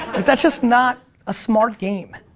that's just not a smart game.